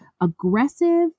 aggressive